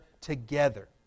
together